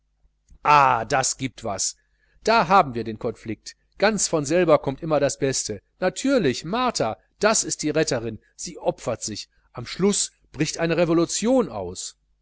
ah das giebt was da haben wir den konflikt ganz von selber kommt immer das beste natürlich martha das ist die retterin sie opfert sich am schluß bricht eine revolution aus